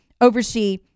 oversee